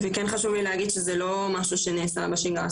אבל חשוב לי להגיד שזה לא משהו שנעשה בשגרה.